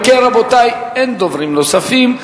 אם כן, רבותי, אין דוברים נוספים.